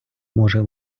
може